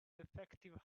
defective